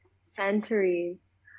centuries